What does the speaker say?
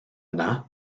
yna